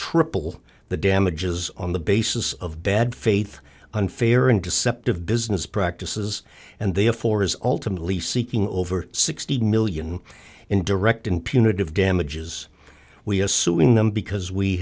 triple the damages on the basis of bad faith unfair and deceptive business practices and therefore is ultimately seeking over sixty million in direct and punitive damages we assuming them because we